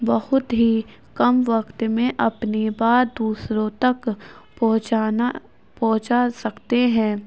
بہت ہی کم وقت میں اپنی بات دوسروں تک پہنچانا پہنچا سکتے ہیں